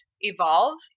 evolve